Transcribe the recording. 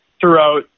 throughout